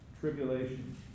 tribulation